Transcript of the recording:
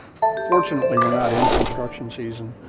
fortunately, we are not in construction season.